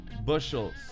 bushels